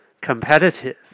competitive